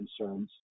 concerns